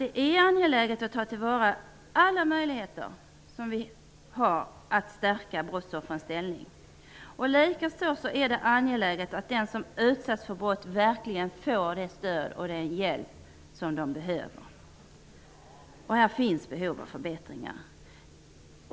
Det är angeläget att ta till vara alla möjligheter att stärka brottsoffrens ställning. Likaså är det angeläget att den som utsatts för brott verkligen får det stöd och den hjälp som denna behöver. Här finns behov av förbättringar.